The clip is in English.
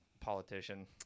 politician